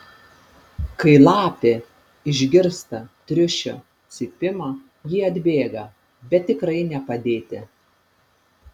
kai lapė išgirsta triušio cypimą ji atbėga bet tikrai ne padėti